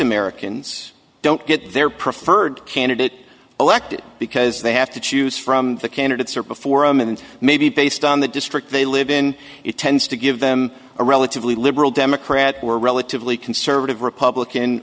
americans don't get their preferred candidate elected because they have to choose from the candidates or before and maybe based on the district they live in it tends to give them a relatively liberal democrat or relatively conservative republican